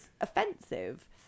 offensive